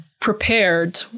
prepared